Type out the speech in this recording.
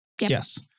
Yes